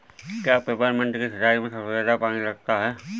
क्या पेपरमिंट की सिंचाई में सबसे ज्यादा पानी लगता है?